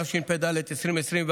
התשפ"ד 2024: